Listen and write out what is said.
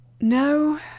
No